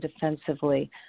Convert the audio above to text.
defensively